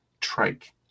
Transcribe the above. trike